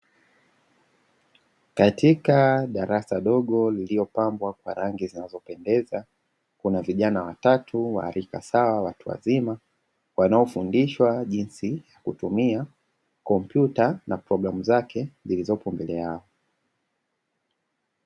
Katika darasa dogo lililopambwa kwa rangi zinazopendeza, kuna vijana watatu wa rika sawa watu wazima, wanaofundishwa jinsi ya kutumia kompyuta na programu zake zilizopo mbele yao.